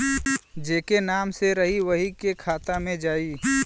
जेके नाम से रही वही के खाता मे जाई